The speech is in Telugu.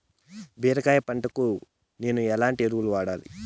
బీరకాయ పంటకు నేను ఎట్లాంటి ఎరువులు వాడాలి?